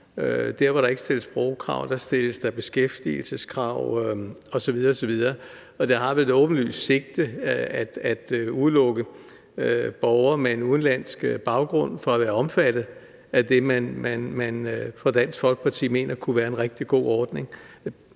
Der, hvor der ikke stilles sprogkrav, stilles der beskæftigelseskrav osv. osv., og det har vel et åbenlyst sigte at udelukke borgere med udenlandsk baggrund fra at være omfattet af det, man fra Dansk Folkepartis side mener kunne være en rigtig god ordning.